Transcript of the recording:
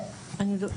תודה.